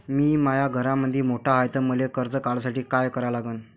मी माया घरामंदी मोठा हाय त मले कर्ज काढासाठी काय करा लागन?